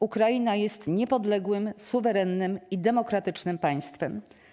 Ukraina jest niepodległym, suwerennym i demokratycznym państwem.